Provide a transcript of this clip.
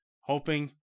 hoping